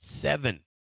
seven